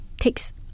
takes